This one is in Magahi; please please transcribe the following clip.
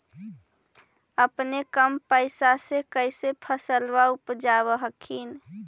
अपने कम पैसा से कैसे फसलबा उपजाब हखिन?